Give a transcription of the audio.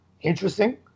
interesting